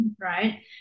right